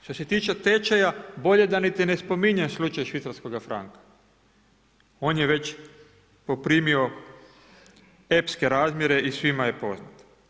Što se tiče tečaja bolje da niti ne spominjem slučaj švicarskoga franka, on je već poprimio epske razmjere i svima je poznato.